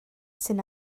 sydd